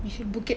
we should book it